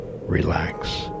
relax